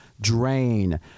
drain